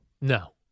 No